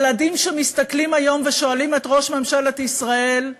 ילדים שמסתכלים היום ושואלים את ראש ממשלת ישראל: